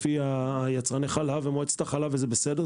לפי יצרני החלב ומועצת החלב וזה בסדר,